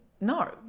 No